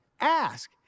ask